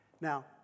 Now